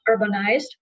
urbanized